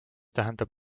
tähendab